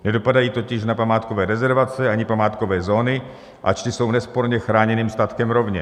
Nedopadají totiž na památkové rezervace ani památkové zóny, ač ty jsou nesporně chráněným statkem rovněž.